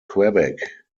quebec